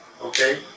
Okay